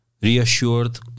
reassured